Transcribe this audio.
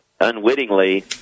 unwittingly